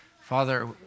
Father